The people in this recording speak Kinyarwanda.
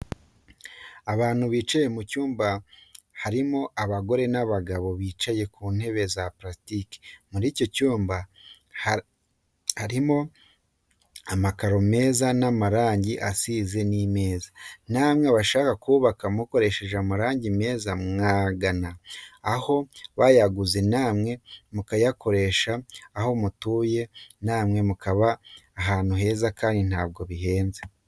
Abantu bicaye mu cyumba harimo abagore n'abagabo bicaye ku ntebe za purasitike, muri icyo cyumba harimo amakaro meza n'amarangi asizemo n'imeza. Namwe abashaka kubaka mukoresheje amarangi meza mwagana aho aba bayaguze namwe mukayakoresha aho mutuye namwe mukaba heza kandi ntabwo bihenze.